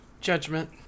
Judgment